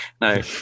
no